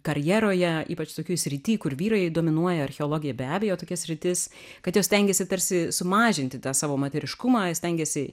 karjeroje ypač tokioj srityj kur vyrai dominuoja archeologija be abejo tokia sritis kad jos stengiasi tarsi sumažinti tą savo moteriškumą jos stengiasi